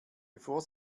bevor